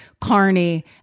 Carney